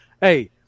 Hey